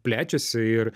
plečiasi ir